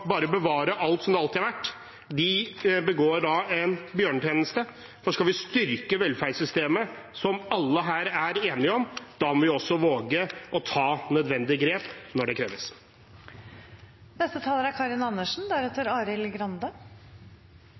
bevare alt som det alltid har vært, begår da en bjørnetjeneste. For skal vi styrke velferdssystemet, som alle her er enige om, må vi også våge å ta nødvendige grep når det